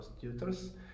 tutors